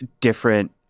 different